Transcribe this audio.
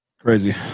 Crazy